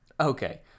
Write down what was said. Okay